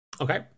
Okay